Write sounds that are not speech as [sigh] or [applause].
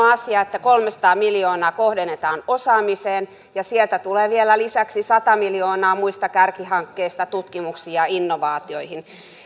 [unintelligible] asia että kolmesataa miljoonaa kohdennetaan osaamiseen ja sieltä tulee vielä lisäksi sata miljoonaa muista kärkihankkeista tutkimuksiin ja innovaatioihin